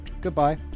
Goodbye